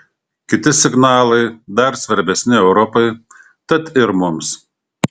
kiti signalai dar svarbesni europai tad ir mums